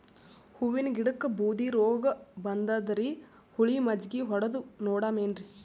ಹೂವಿನ ಗಿಡಕ್ಕ ಬೂದಿ ರೋಗಬಂದದರಿ, ಹುಳಿ ಮಜ್ಜಗಿ ಹೊಡದು ನೋಡಮ ಏನ್ರೀ?